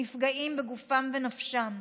נפגעים בגופם ובנפשם,